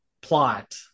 plot